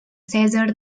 cèsar